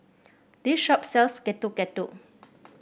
this shop sells Getuk Getuk